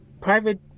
private